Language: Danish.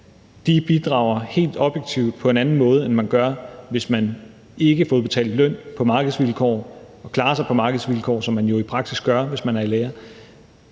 bidrager helt objektivt på en anden måde, end man gør, hvis man ikke får udbetalt løn på markedsvilkår og klarer sig på markedsvilkår, som man jo i praksis gør, hvis man er i lære.